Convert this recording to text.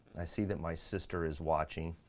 i see that my sister is watching.